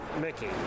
Mickey